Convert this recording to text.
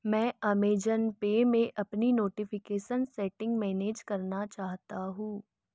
मैं Amazon Pay में अपनी नोटिफ़िकेशन सेटिंग मैनेज करना चाहता हूँ